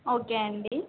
okay అండి